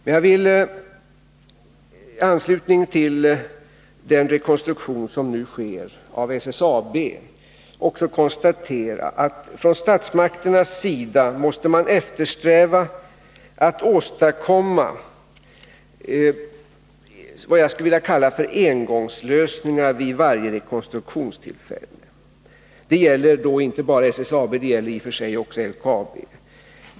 Men jag vill i anslutning till den rekonstruktion som nu sker av SSAB också konstatera, att från statsmakternas sida måste man eftersträva att åstadkomma vad jag skulle vilja kalla engångslösningar vid varje rekonstruktionstillfälle. Det gäller inte bara SSAB utan i och för sig också LKAB.